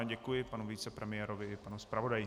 Děkuji panu vicepremiérovi i panu zpravodaji.